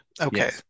okay